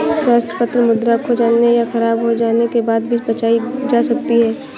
व्यवस्था पत्र मुद्रा खो जाने या ख़राब हो जाने के बाद भी बचाई जा सकती है